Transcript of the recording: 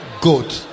good